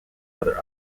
other